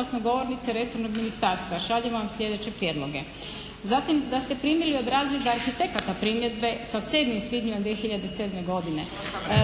glasnogovornice resornog ministarstva, šaljem vam sljedeće prijedloge." Zatim da ste primili od raznih arhitekata primjedbe sa 7. svibnjem 2007. godine.